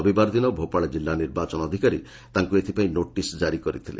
ରବିବାର ଦିନ ଭୋପାଳ ଜିଲ୍ଲା ନିର୍ବାଚନ ଅଧିକାରୀ ତାଙ୍କୁ ଏଥିପାଇଁ ନୋଟିସ୍ ଜାରି କରିଥିଲେ